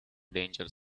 danger